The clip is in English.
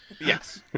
Yes